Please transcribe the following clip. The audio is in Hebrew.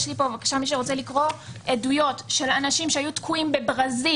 יש לי פה עדויות של אנשים שהיו תקועים בברזיל.